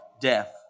death